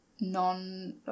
Non